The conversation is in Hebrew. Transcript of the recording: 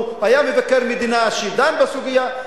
הוא היה מבקר המדינה שדן בסוגיה.